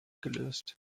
gelöst